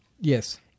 yes